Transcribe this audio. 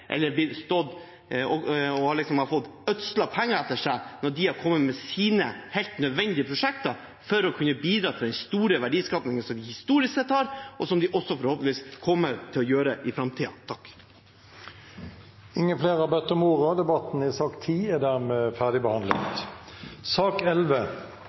eller fått kastet penger etter seg når de har kommet med sine helt nødvendige prosjekter for å kunne bidra til den store verdiskapingen som de historisk sett har hatt, og som de også forhåpentligvis kommer til å ha i framtiden. Flere har ikke bedt om ordet til sak nr. 10. Etter ønske fra transport- og